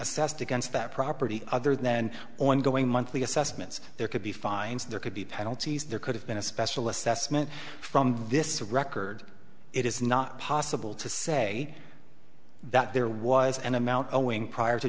assessed against that property other then ongoing monthly assessments there could be fines there could be penalties there could have been a special assessment from this record it is not possible to say that there was an amount owing prior to